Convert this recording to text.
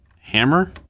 hammer